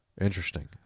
Interesting